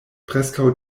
preskaŭ